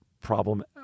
problem